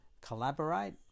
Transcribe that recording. collaborate